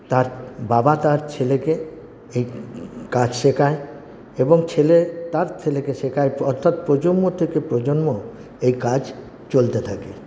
তার বাবা তার ছেলেকে এই কাজ শেখায় এবং ছেলে তার ছেলেকে শেখায় অর্থাৎ প্রজন্ম থেকে প্রজন্ম এই কাজ চলতে থাকে